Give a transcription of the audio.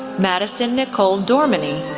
madison nicole dorminey,